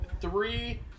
three